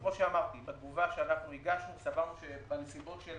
כמו שאמרתי, בתגובה שהגשנו, סברנו שבנסיבות של